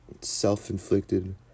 self-inflicted